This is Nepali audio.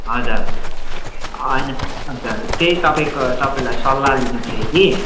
हजुर होइन हजुर त्यही तपाईँको तपाईँलाई सल्लाह लिनु थियो कि